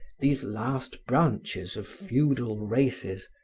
these last branches of feudal races,